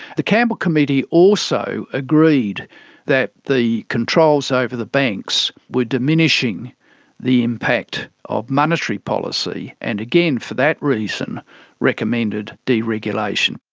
the campbell committee also agreed that the controls over the banks were diminishing the impact of monetary policy, and again for that reason it recommended deregulation.